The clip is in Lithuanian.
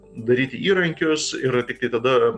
daryti įrankius ir tiktai tada